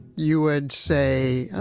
you would say.